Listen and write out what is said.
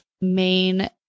main